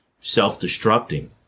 self-destructing